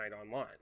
online